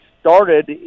started